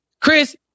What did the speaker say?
Chris